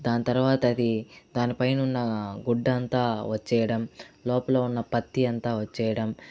దాని తరువాతది దాని పైన ఉన్న గుడ్డంతా వచ్చేయడం లోపల ఉన్న పత్తి అంతా వచ్చేయడం